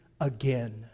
again